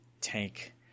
tank